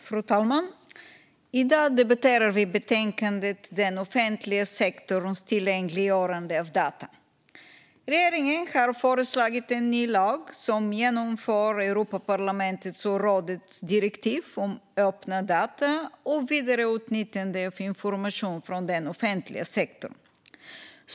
Fru talman! I dag debatterar vi betänkandet Den offentliga sektorns tillgängliggörande av data . Regeringen har föreslagit en ny lag som genomför Europarlamentets och rådets direktiv om öppna data och vidareutnyttjande av information från den offentliga sektorn.